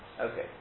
Okay